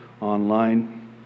online